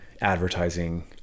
advertising